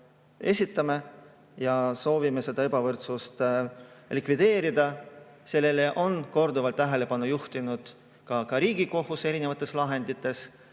esitame. Me soovime seda ebavõrdsust likvideerida. Sellele on korduvalt tähelepanu juhtinud ka Riigikohus erinevates lahendites. Kordan